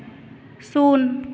ᱥᱩᱱ